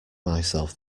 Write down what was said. myself